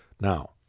Now